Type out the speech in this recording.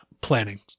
planning